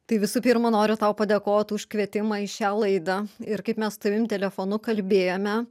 tai visų pirma noriu tau padėkot už kvietimą į šią laidą ir kaip mes su tavim telefonu kalbėjome